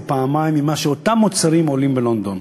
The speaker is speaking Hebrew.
פעמיים ממה שאותם מוצרים עולים בלונדון,